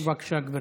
בבקשה, גברתי.